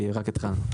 כי רק התחלנו.